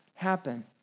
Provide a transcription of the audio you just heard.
Happen